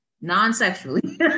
Non-sexually